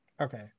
okay